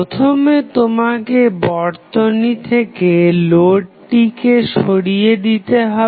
প্রথমে তোমাকে বর্তনী থেকে লোডটিকে সরিয়ে দিয়ে হবে